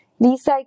recycle